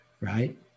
right